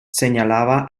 señalaba